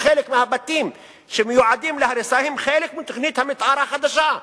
וחלק מהבתים שמיועדים להריסה הם חלק מתוכנית המיתאר החדשה.